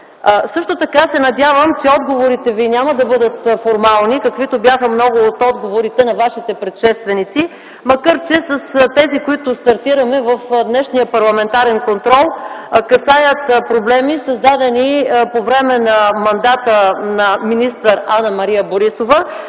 нямат цена. Надявам се, че отговорите Ви няма да бъдат формални, каквито бяха много от отговорите на Вашите предшественици, макар че тези, с които стартираме в днешния парламентарен контрол, касаят проблеми, създадени по време на мандата на министър Анна-Мария Борисова